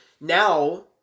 now